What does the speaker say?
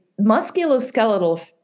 musculoskeletal